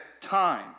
time